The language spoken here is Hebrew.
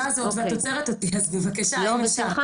הזאת ואת עוצרת אותי אז בבקשה אם אפשר -- בשמחה,